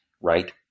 right